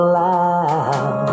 loud